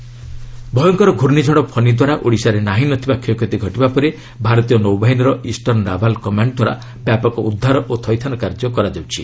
Fani navy ଭୟଙ୍କର ଘୂର୍ଣ୍ଣିଝଡ଼ ଫନି ଦ୍ୱାରା ଓଡ଼ିଶାରେ ନାହିଁନଥିବା କ୍ଷୟକ୍ଷତି ଘଟିବା ପରେ ଭାରତୀୟ ନୌବାହିନୀର ଇଷ୍ଟର୍ଣ୍ଣ ନାଭାଲ୍ କମାଣ୍ଡ ଦ୍ୱାରା ବ୍ୟାପକ ଉଦ୍ଧାର ଓ ଥଇଥାନ କାର୍ଯ୍ୟ କରାଯାଉଛି